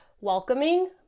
welcoming